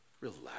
Relax